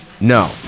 no